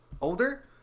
older